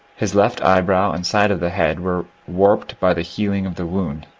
his left eyebrow and side of the head were warped by the healing of the wound,